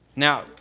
Now